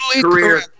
career